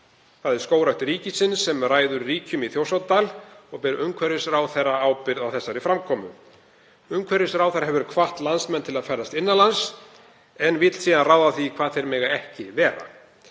Það er Skógrækt ríkisins sem ræður ríkjum í Þjórsárdal og ber umhverfisráðherra ábyrgð á þessari framkomu. Umhverfisráðherra hefur hvatt landsmenn til að ferðast innan lands en vill síðan ráða því hvar þeir mega ekki vera.